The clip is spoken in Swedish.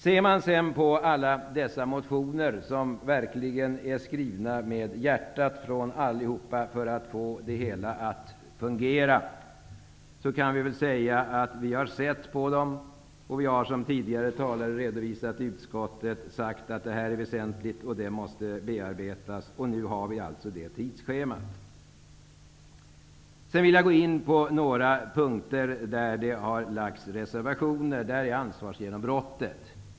Om alla dessa motioner, som alla verkligen kommer från hjärtat och som är motiverade av en önskan att få det hela att fungera, kan jag säga att vi i utskottet har tagit del av dem, och vi har, som tidigare talare redovisat, uttalat att de här sakerna är väsentliga men att materialet måste bearbetas, och det är anledningen till det tidsschema jag nämnde. Sedan vill jag gå in på några punkter där det finns reservationer. Det gäller t.ex. ansvarsgenombrottet.